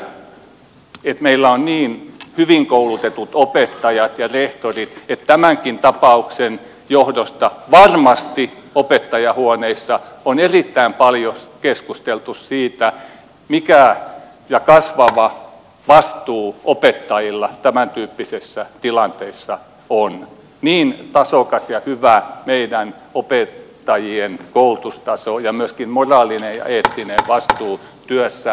tiedän että meillä on niin hyvin koulutetut opettajat ja rehtorit että tämänkin tapauksen johdosta varmasti opettajanhuoneissa on erittäin paljon keskusteltu siitä mikä ja kasvava vastuu opettajilla tämäntyyppisissä tilanteissa on niin tasokas ja hyvä meidän opettajiemme koulutustaso ja myöskin moraalinen ja eettinen vastuu työssä on